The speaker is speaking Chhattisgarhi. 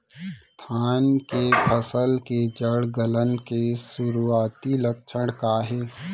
धान के फसल के जड़ गलन के शुरुआती लक्षण का हे?